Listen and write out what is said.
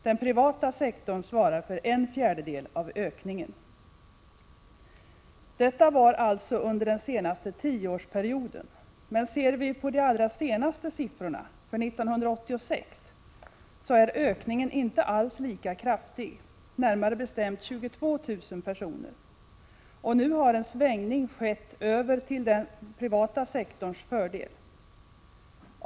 Den privata sektorn svarar för en fjärdedel av ökningen. Detta var alltså under den senaste tioårsperioden. Men ser vi på de allra senaste sifforna — för 1986 — finner vi att ökningen inte alls är lika kraftig, närmare bestämt 22 000 personer. Och nu har en svängning skett över till den privata sektorns fördel.